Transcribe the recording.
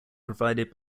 provided